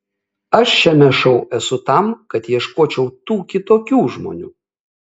aš šiame šou esu tam kad ieškočiau tų kitokių žmonių